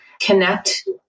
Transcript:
Connect